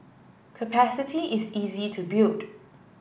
capacity is easy to build